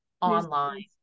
online